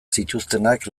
zituztenak